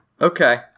okay